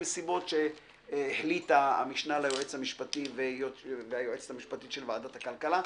מסיבות שהחליטה המשנה ליועץ המשפטי והיועצת המשפטית של ועדת הכלכלה,